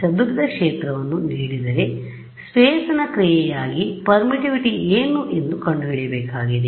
ಚದುರಿದ ಕ್ಷೇತ್ರವನ್ನು ನೀಡಿದರೆ ಸ್ಪೇಸ್ ನ ಕ್ರಿಯೆಯಾಗಿ ಪರ್ಮಿಟಿವಿಟಿ ಏನು ಎಂದು ಕಂಡಿಹಿಡಿಯಬೇಕಾಗಿದೆ